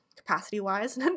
Capacity-wise